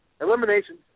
Elimination